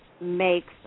makes